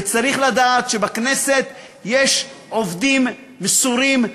וצריך לדעת שבכנסת יש עובדים מסורים,